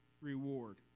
reward